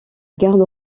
garde